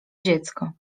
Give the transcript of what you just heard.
dziecko